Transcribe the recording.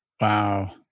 Wow